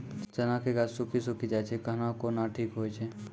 चना के गाछ सुखी सुखी जाए छै कहना को ना ठीक हो छै?